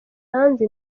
hanze